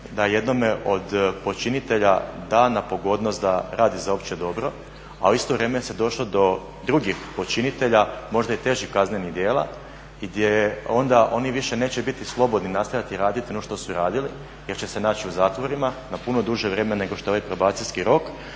da jednome od počinitelja da na pogodnost da radi za opće dobro, a u isto vrijeme se došlo do drugih počinitelja možda i težiš kaznenih djela gdje onda oni više neće biti slobodni nastavljati raditi ono što su radili jer će se naći u zatvorima na puno duže vremena nego što je ovaj probacijski rok